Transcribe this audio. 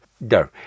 No